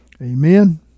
Amen